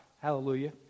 Hallelujah